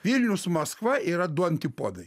vilnius maskva yra du antipodai